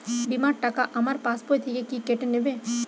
বিমার টাকা আমার পাশ বই থেকে কি কেটে নেবে?